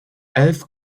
elf